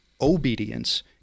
obedience